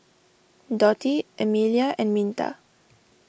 Dotty Emelia and Minta